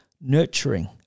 nurturing